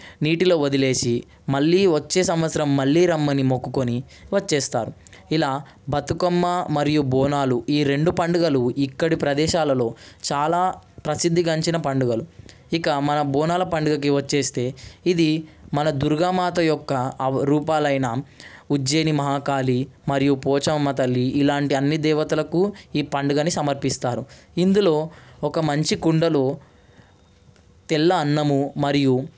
నీటిలో వదిలేసి మళ్లీ వచ్చే సంవత్సరం మళ్లీ రమ్మని మొక్కుకొని వచ్చేస్తారు ఇలా బతుకమ్మ మరియు బోనాలు ఈ రెండు పండుగలు ఇక్కడి ప్రదేశాలలో చాలా ప్రసిద్ధిగాంచిన పండుగలు ఇక మన బోనాల పండుగకి వచ్చేస్తే ఇది మన దుర్గామాత యొక్క రూపాలైన ఉజ్జయిని మహాకాళి మరియు పోచమ్మ తల్లి ఇలాంటి అన్ని దేవతలకు ఈ పండుగని సమర్పిస్తారు ఇందులో ఒక మంచి కుండలు తెల్ల అన్నము మరియు